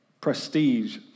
prestige